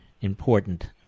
important